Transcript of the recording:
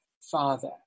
Father